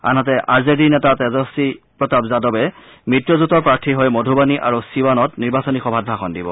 আনহাতে আৰ জে ডিৰ নেতা তেজস্বী প্ৰতাপ যাদৱে মিত্ৰজোঁটৰ প্ৰাৰ্থীৰ হৈ মধুবানী আৰু শিৱানত নিৰ্বাচনী সভাত ভাষণ দিব